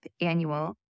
annual